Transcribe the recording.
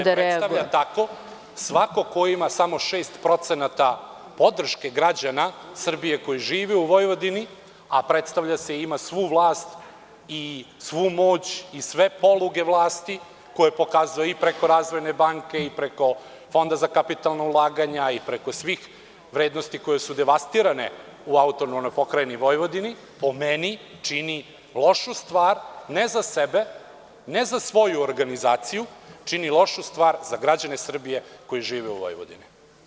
Ne kažem, još uvek je, ali se predstavlja tako svako ko ima samo 6% podrške građana Srbije koji živi u Vojvodini, a predstavlja se i ima svu vlast i svu moć i sve poluge vlasti koje pokazuje i preko Razvojne banke i preko Fonda za kapitalna ulaganja i preko svih vrednosti koje su devastirane u AP Vojvodini, po meni čini lošu stvar ne za sebe, ne za svoju organizaciju, čini lošu stvar za građane Srbije koji žive u Vojvodini.